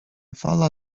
fala